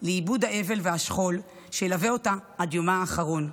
לעיבוד האבל והשכול שילווה אותה עד יומה האחרון.